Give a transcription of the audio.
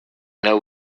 know